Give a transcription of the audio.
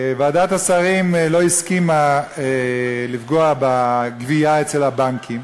ועדת השרים לא הסכימה לפגוע בגבייה אצל הבנקים,